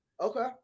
Okay